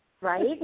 Right